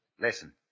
Listen